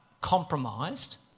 compromised